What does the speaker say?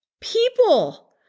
People